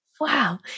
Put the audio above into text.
wow